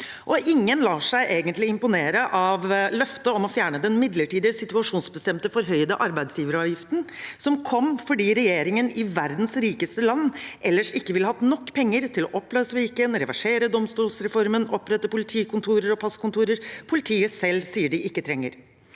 egentlig imponere av løftet om å fjerne den midlertidige, situasjonsbestemte forhøyede arbeidsgiveravgiften, som kom fordi regjeringen i verdens rikeste land ellers ikke ville hatt nok penger til å oppløse Viken, reversere domstolsreformen og opprette politikontorer og passkontorer politiet selv sier de ikke trenger.